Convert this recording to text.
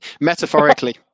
Metaphorically